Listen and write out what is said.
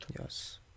Yes